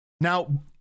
Now